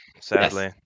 sadly